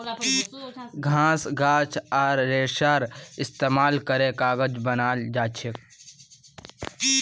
घास गाछ आर रेशार इस्तेमाल करे कागज बनाल जाछेक